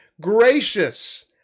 gracious